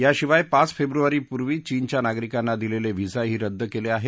याशिवाय पाच फेब्रुवारीपूर्वीचीनच्या नागरिकांना दिलेले व्हीसाही रद्द केले आहेत